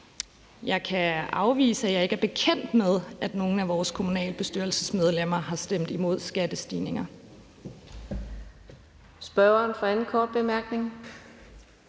Jeg kan afvise, at jeg er bekendt med, at nogen af vores kommunalbestyrelsesmedlemmer har stemt for skattestigninger.